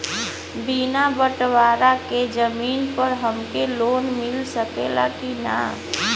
बिना बटवारा के जमीन पर हमके लोन मिल सकेला की ना?